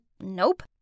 nope